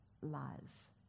lies